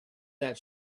that